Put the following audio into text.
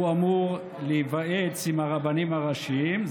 הוא אמור להיוועץ עם הרבנים הראשיים,